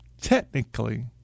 technically